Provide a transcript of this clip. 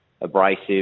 abrasive